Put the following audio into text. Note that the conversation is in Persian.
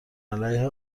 علیه